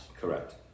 Correct